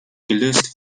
gelöst